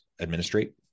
administrate